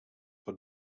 pot